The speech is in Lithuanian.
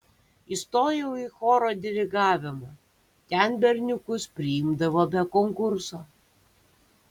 įstojau į choro dirigavimą ten berniukus priimdavo be konkurso